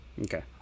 Okay